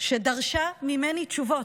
שדרשה ממני תשובות.